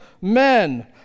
men